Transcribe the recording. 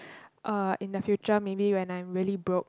uh in the future maybe when I'm really broke